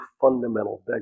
fundamental